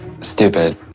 stupid